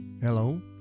Hello